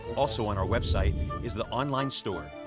also on our website is the online store.